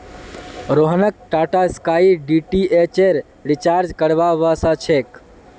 रोहनक टाटास्काई डीटीएचेर रिचार्ज करवा व स छेक